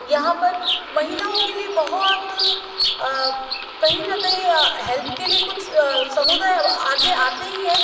यहाँ पर महिलाओं के लिए बहुत कहीं ना कहीं हेल्प के लिए कुछ समुदाय आगे आते ही हैं